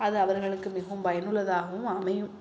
அது அவர்களுக்கு மிகவும் பயனுள்ளதாகவும் அமையும்